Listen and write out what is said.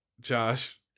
Josh